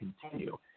continue